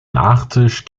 nachtisch